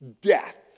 death